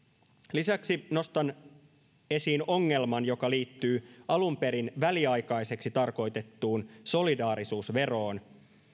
lisäksi nostan esiin ongelman joka liittyy alun perin väliaikaiseksi tarkoitettuun solidaarisuusveroon